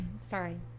sorry